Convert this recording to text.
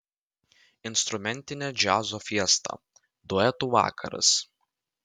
instrumentinė džiazo fiesta duetų vakaras